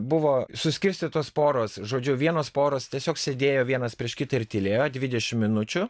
buvo suskirstytos poros žodžiu vienos poros tiesiog sėdėjo vienas prieš kitą ir tylėjo dvidešim minučių